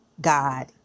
God